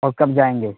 اور کب جائیں گے